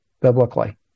biblically